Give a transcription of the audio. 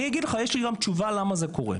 אני אגיד לך, יש לי גם תשובה למה זה קורה.